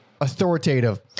authoritative